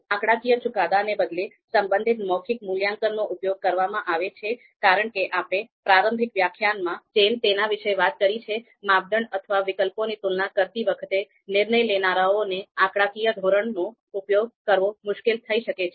આંકડાકીય ચુકાદાને બદલે સંબંધિત મૌખિક મૂલ્યાંકનનો ઉપયોગ કરવામાં આવે છે કારણ કે આપણે પ્રારંભિક વ્યાખ્યાનમાં જેમ તેના વિશે વાત કરી છે માપદંડ અથવા વિકલ્પોની તુલના કરતી વખતે નિર્ણય લેનારાઓને આંકડાકીય ધોરણનો ઉપયોગ કરવો મુશ્કેલ થઈ શકે છે